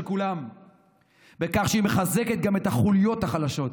כולם בכך שהיא מחזקת גם את החוליות החלשות.